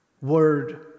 word